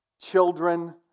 children